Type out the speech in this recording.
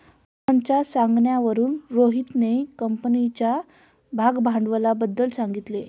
मोहनच्या सांगण्यावरून रोहितने कंपनीच्या भागभांडवलाबद्दल सांगितले